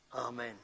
Amen